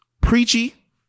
preachy